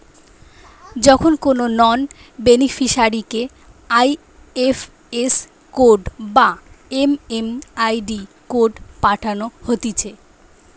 যখন কোনো নন বেনিফিসারিকে আই.এফ.এস কোড বা এম.এম.আই.ডি কোড পাঠানো হতিছে